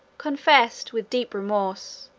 confessed, with deep remorse,